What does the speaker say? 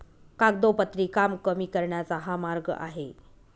कागदोपत्री काम कमी करण्याचा हा मार्ग आहे